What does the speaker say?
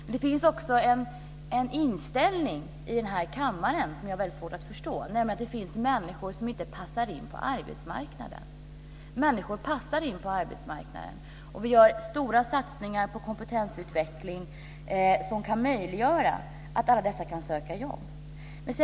Men det finns också en inställning i den här kammaren som jag har väldigt svårt att förstå, nämligen att det finns människor som inte passar in på arbetsmarknaden. Människor passar in på arbetsmarknaden! Vi gör stora satsningar på kompetensutveckling som kan möjliggöra för alla dessa att söka jobb.